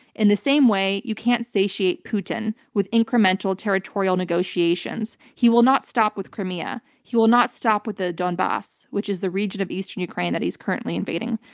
in the same way you can't satiate putin with incremental territorial negotiations. he will not stop with crimea. he will not stop with the donbas, which is the region of eastern ukraine that he's currently invading.